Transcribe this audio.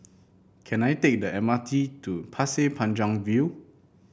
can I take the M R T to Pasir Panjang View